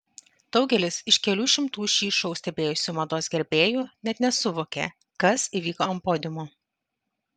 daugelis iš kelių šimtų šį šou stebėjusių mados gerbėjų net nesuvokė kas įvyko ant podiumo